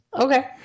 okay